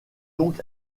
donc